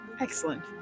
Excellent